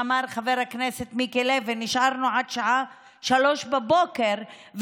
נשארנו עד השעה 03:00,